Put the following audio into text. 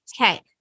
Okay